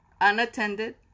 unattended